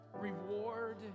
reward